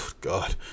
God